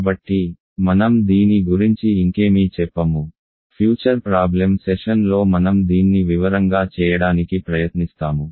కాబట్టి మనం దీని గురించి ఇంకేమీ చెప్పనుఫ్యూచర్ ప్రాబ్లెమ్ సెషన్లో మనం దీన్ని వివరంగా చేయడానికి ప్రయత్నిస్తాము